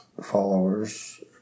followers